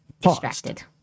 distracted